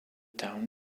town